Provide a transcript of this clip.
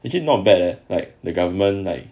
actually not bad leh like the government like